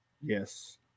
Yes